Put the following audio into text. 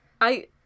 I-